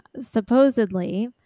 supposedly